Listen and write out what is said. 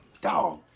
dog